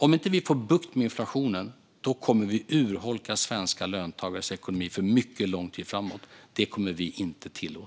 Om vi inte får bukt med inflationen kommer vi att urholka svenska löntagares ekonomi för mycket lång tid framåt. Det kommer vi inte att tillåta.